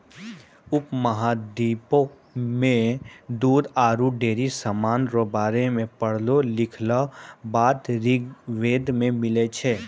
उपमहाद्वीप मे दूध आरु डेयरी समान रो बारे मे पढ़लो लिखलहा बात ऋग्वेद मे मिलै छै